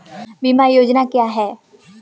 बीमा योजना क्या है?